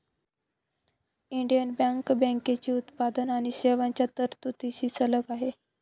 Indian Bank बँकेची उत्पादन आणि सेवांच्या तरतुदींशी संलग्न आहे